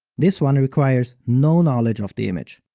this one requires no knowledge of the image.